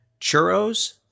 Churros